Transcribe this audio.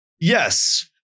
Yes